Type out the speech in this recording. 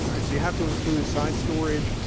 all right? yeah have to include side storage,